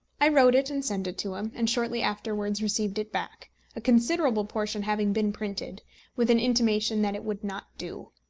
i wrote it and sent it to him, and shortly afterwards received it back a considerable portion having been printed with an intimation that it would not do.